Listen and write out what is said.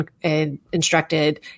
instructed